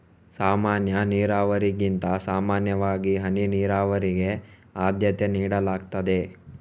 ಸಾಮಾನ್ಯ ನೀರಾವರಿಗಿಂತ ಸಾಮಾನ್ಯವಾಗಿ ಹನಿ ನೀರಾವರಿಗೆ ಆದ್ಯತೆ ನೀಡಲಾಗ್ತದೆ